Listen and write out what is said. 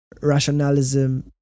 rationalism